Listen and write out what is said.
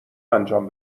انجام